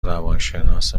روانشناس